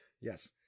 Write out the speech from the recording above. Yes